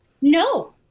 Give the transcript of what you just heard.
no